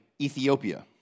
Ethiopia